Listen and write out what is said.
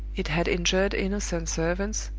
it had injured innocent servants,